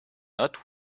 not